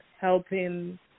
helping